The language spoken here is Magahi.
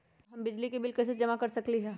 हम बिजली के बिल कईसे जमा कर सकली ह?